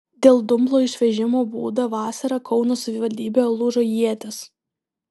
dėl dumblo išvežimo būdo vasarą kauno savivaldybėje lūžo ietys